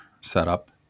setup